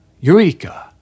Eureka